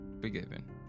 forgiven